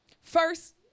first